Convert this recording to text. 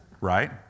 right